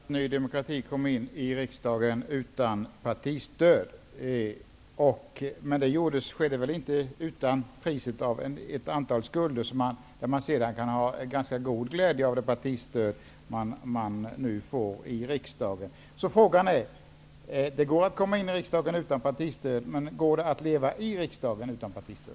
Herr talman! Det är sant att Ny demokrati kom in i riksdagen utan partistöd. Men det skedde väl inte utan priset av ett antal skulder? Man kan ha ganska god glädje av det partistöd som man nu får i riksdagen. Det går att komma in i riksdagen utan partistöd. Men går det att leva i riksdagen utan partistöd?